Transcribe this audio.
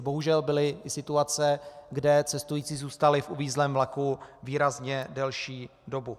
Bohužel byly i situace, kde cestující zůstali v uvízlém vlaku výrazně delší dobu.